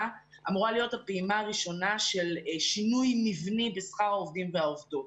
- אמורה להיות הפעימה הראשונה של שינוי מבני בשכר העובדים והעובדות.